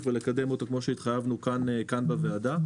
ולקדם אותו כמו שהתחייבנו כאן בוועדה.